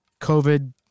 COVID